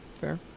fair